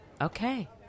Okay